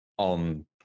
on